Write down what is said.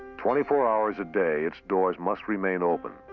twenty four hours a day its doors must remain open,